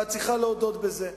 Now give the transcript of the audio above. ואת צריכה להודות בזה.